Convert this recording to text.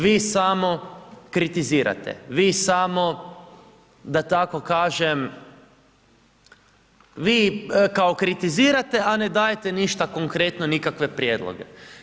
Vi samo kritizirate, vi samo, da tako kažem, vi kao kritizirate, a ne dajte ništa, konkretno nikakve prijedloge.